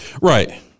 Right